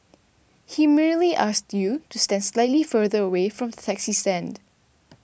he merely asked you to stand slightly further away from the taxi stand